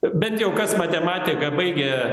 bent jau kas matematiką baigė